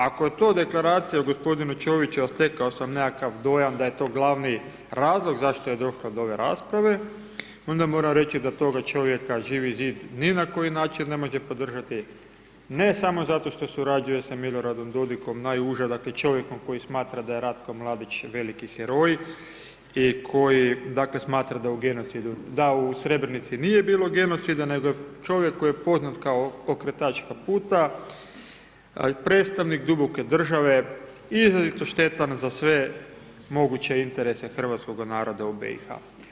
Ako je to deklaracija od g. Čoviću, a stekao sam nekakav dojam da je to glavni razlog zašto je došlo do ove rasprave, onda moram reći da toga čovjeka Živi zid ni na koji način ne može podržati, ne samo zato što surađuje sa Miloradom Dodikom, najuže, znači čovjekom koji smatra da je Ratko Mladić veliki heroj, i koji dakle smatra da u Srebrenici nije bilo genocida nego čovjek koji je poznat kao ( 04:10) pokretač kaputa, predstavnik duboke države, izrazito štetan za sve moguće interese hrvatskoga naroda u BiH.